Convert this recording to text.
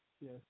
Yes